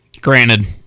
Granted